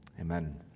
Amen